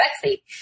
sexy